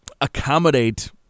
accommodate –